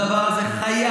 הדבר הזה חייב